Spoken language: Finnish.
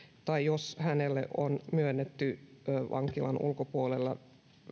tai jos hänelle on myönnetty lupa oleskella vankilan ulkopuolella